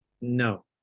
No